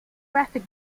graphic